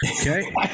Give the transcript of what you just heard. Okay